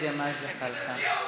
יהודה גליק וג'מאל זחאלקה.